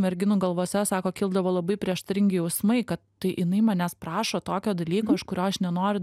merginų galvose sako kildavo labai prieštaringi jausmai kad tai jinai manęs prašo tokio dalyko iš kurio aš nenoriu